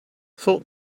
thought